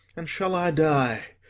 and shall i die,